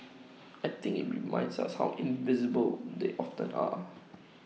I think IT reminds us how invisible they often are